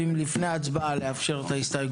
לפני ההצבעה אנחנו חייבים לאפשר את ההסתייגויות,